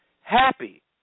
happy